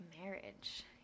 marriage